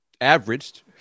averaged